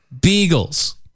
Beagles